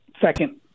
second